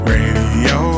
Radio